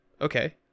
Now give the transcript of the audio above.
okay